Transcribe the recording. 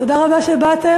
תודה רבה שבאתן.